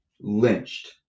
lynched